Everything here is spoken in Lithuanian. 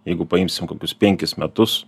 jeigu paimsim kokius penkis metus